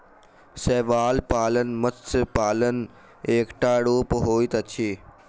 शैवाल पालन मत्स्य पालनक एकटा रूप होइत अछि